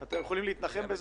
אתם יכולים להתנחם בזה,